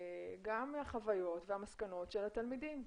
גם חוויות וגם מסקנות של התלמידים,